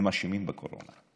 הם האשמים בקורונה.